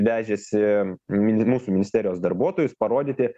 vežėsi mūsų ministerijos darbuotojus parodyti